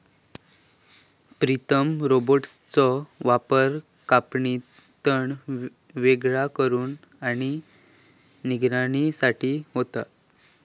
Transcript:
प्रीतम रोबोट्सचो वापर कापणी, तण वेगळा करुक आणि निगराणी साठी होता